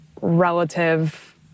relative